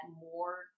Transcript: more